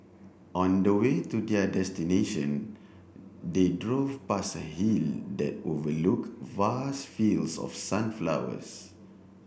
on the way to their destination they drove past a hill that overlook vast fields of sunflowers